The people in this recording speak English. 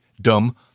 dumb